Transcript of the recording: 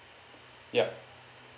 yup